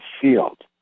field